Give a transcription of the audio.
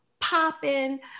popping